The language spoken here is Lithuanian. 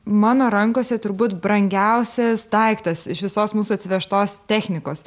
mano rankose turbūt brangiausias daiktas iš visos mūsų atsivežtos technikos